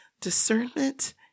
discernment